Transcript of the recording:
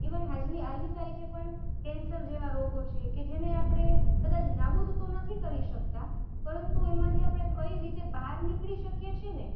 even હાલની તારીખે પણ કેન્સર જેવા રોગો છે કે જેને આપણે કદાચ નાબૂદ તો નથી કરી શકતા પરંતુ એમાંથી આપણે કઈ રીતે બહાર નીકળી શકીએ છીએ ને